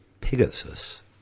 Pegasus